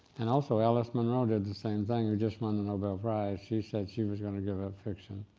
and also alice munro did the same thing, who just won the nobel prize. she said she was going to give up fiction.